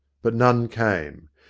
but none came.